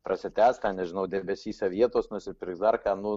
prasitęs ką nežinau debesyse vietos nusipirks dar ką nu